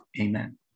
Amen